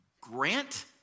Grant